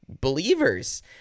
believers